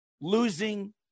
losing